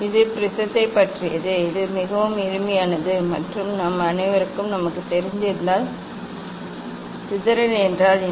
இது ப்ரிஸத்தைப் பற்றியது இது மிகவும் எளிமையானது மற்றும் நம் அனைவருக்கும் நன்கு தெரிந்திருந்தாலும் சிதறல் என்றால் என்ன